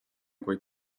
kuid